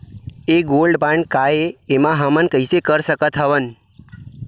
ये gold bond काय ए एमा हमन कइसे कर सकत हव?